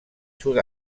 sud